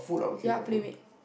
ya playmate